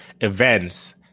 events